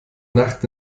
nacht